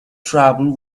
trouble